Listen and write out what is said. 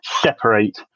separate